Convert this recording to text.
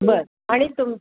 बरं आणि तुम